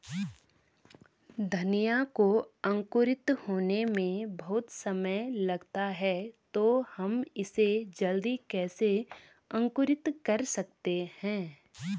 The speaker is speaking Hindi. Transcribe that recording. धनिया को अंकुरित होने में बहुत समय लगता है तो हम इसे जल्दी कैसे अंकुरित कर सकते हैं?